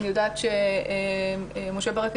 אני יודעת שמשה ברקת,